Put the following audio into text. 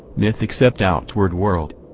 myth except outward world.